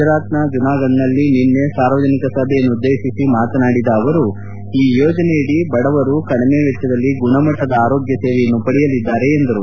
ಗುಜರಾತ್ನ ಜುನಾಗಡ್ನಲ್ಲಿ ನಿನ್ನೆ ಸಾರ್ವಜನಿಕ ಸಭೆಯನ್ನುದ್ಲೇತಿಸಿ ಮಾತನಾಡಿದ ಅವರು ಈ ಯೋಜನೆಯಡಿ ಬಡವರು ಕಡಿಮೆ ವೆಚ್ಲದಲ್ಲಿ ಗುಣಮಟ್ಲದ ಆರೋಗ್ಯ ಸೇವೆಯನ್ನು ಪಡೆಯಲಿದ್ದಾರೆ ಎಂದರು